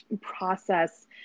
process